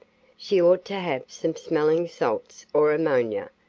she ought to have some smelling salts or ammonia,